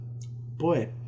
boy